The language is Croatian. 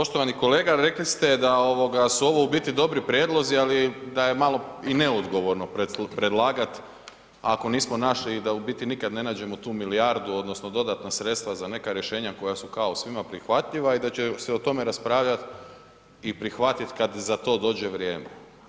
Poštovani kolega rekli ste da ovoga su u biti dobri prijedlozi, ali da je malo i neodgovorno predlagati ako nismo našli i da u biti nikad ne nađemo tu milijardu odnosno dodatna sredstva za neka rješenja koja su kao svima prihvatljiva i da će se o tome raspravljati i prihvatit kad za to dođe vrijeme.